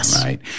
right